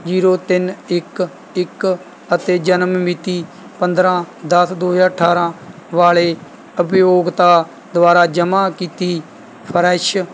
zero ਤਿੰਨ ਇੱਕ ਇੱਕ ਅਤੇ ਜਨਮ ਮਿਤੀ ਪੰਦਰਾਂ ਦਸ ਦੋ ਹਜ਼ਾਰ ਅਠਾਰਾਂ ਵਾਲੇ ਉਪਭੋਗਤਾ ਦੁਆਰਾ ਜਮ੍ਹਾਂ ਕੀਤੀ ਫਰੈੱਸ਼